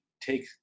take